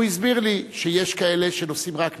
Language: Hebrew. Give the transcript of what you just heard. הסביר לי שיש כאלה שנוסעים רק באוטובוס,